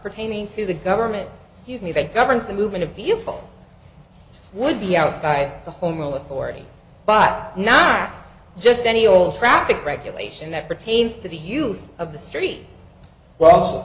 pertaining to the government scuse me that governs the movement of beautiful would be outside the home rule authority but not just any old traffic regulation that pertains to the use of the street w